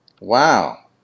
Wow